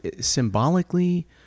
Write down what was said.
symbolically